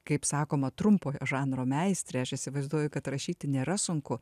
kaip sakoma trumpojo žanro meistrė aš įsivaizduoju kad rašyti nėra sunku